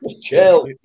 chill